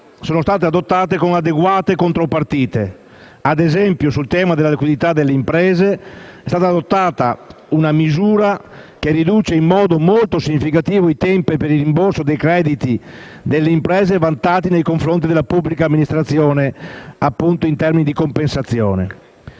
sono state adottate con adeguate contropartite. Ad esempio, sul tema liquidità delle imprese è stata adottata una misura che riduce in modo molto significativo i tempi per il rimborso dei crediti vantati nei confronti della pubblica amministrazione in termini di compensazione.